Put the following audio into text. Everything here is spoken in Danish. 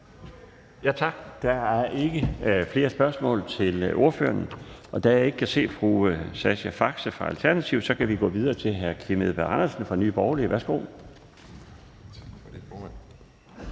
Tak. Der er ikke flere spørgsmål til ordføreren. Og da jeg ikke kan se fru Sascha Faxe fra Alternativet, kan vi gå videre til hr. Kim Edberg Andersen fra Nye Borgerlige. Værsgo.